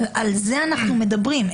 על זה אנחנו מדברים.